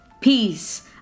Peace